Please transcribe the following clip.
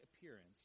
appearance